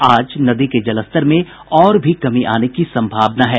आज नदी के जलस्तर में और भी कमी आने की सम्भावना है